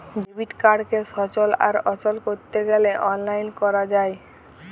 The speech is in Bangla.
ডেবিট কাড়কে সচল আর অচল ক্যরতে গ্যালে অললাইল ক্যরা যায়